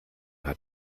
hat